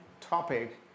topic